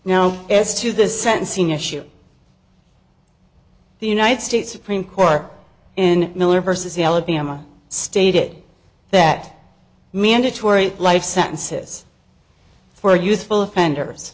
now as to the sentencing issue the united states supreme court in miller versus alabama stated that mandatory life sentences for youthful offenders